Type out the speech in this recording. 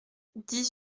dix